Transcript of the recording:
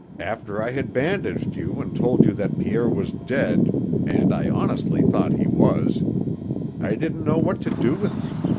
after i had bandaged you and told you that pierre was dead and i honestly thought he was i didn't know what to do with you.